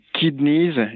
kidneys